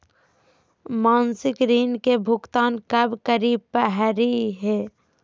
मासिक ऋण के भुगतान कब करै परही हे?